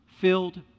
filled